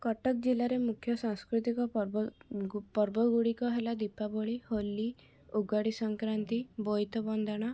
କଟକ ଜିଲ୍ଲାରେ ମୁଖ୍ୟ ସାଂସ୍କୃତିକ ପର୍ବ ପର୍ବଗୁଡ଼ିକ ହେଲା ଦୀପାବଳି ହୋଲି ଉଗାଡ଼ି ସଂକ୍ରାନ୍ତି ବୋଇତ ବନ୍ଦାଣ